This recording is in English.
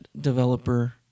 developer